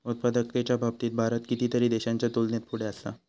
उत्पादकतेच्या बाबतीत भारत कितीतरी देशांच्या तुलनेत पुढे असा